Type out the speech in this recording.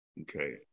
Okay